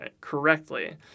correctly